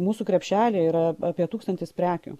mūsų krepšely yra apie tūkstantis prekių